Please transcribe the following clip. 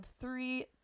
three